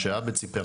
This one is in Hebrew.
מה שעבד סיפר,